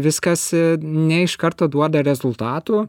viskas ne iš karto duoda rezultatų